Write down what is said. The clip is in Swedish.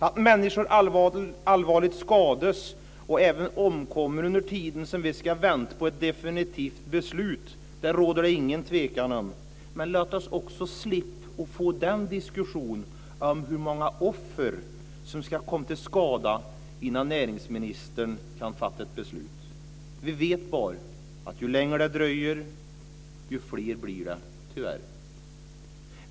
Att människor allvarligt skadas och även omkommer under tiden som vi ska vänta på ett definitivt beslut råder det ingen tvekan om, men låt oss också slippa diskussionen om hur många offer som ska komma till skada innan näringsministern kan fatta ett beslut. Vi vet bara att ju längre det dröjer, desto fler blir det, tyvärr.